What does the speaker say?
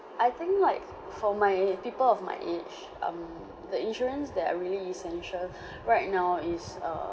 I think like for my people of my age um the insurance that are really essential right now is err